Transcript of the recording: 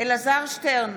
אלעזר שטרן,